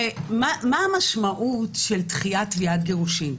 מה המשמעות של דחיית תביעת גירושין?